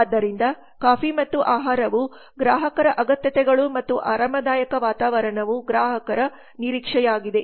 ಆದ್ದರಿಂದ ಕಾಫಿ ಮತ್ತು ಆಹಾರವು ಗ್ರಾಹಕರ ಅಗತ್ಯತೆಗಳು ಮತ್ತು ಆರಾಮದಾಯಕ ವಾತಾವರಣವು ಗ್ರಾಹಕರ ನಿರೀಕ್ಷೆಯಾಗಿದೆ